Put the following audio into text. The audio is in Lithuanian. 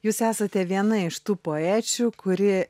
jūs esate viena iš tų poečių kuri